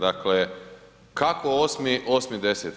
Dakle, kako 8.10.